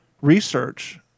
research